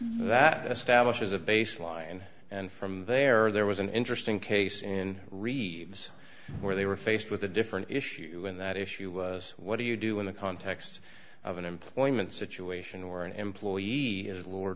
that establishes a baseline and from there there was an interesting case in reeves where they were faced with a different issue when that issue was what do you do in the context of an employment situation where an employee as lord